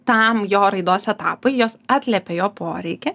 tam jo raidos etapui jos atliepia jo poreikį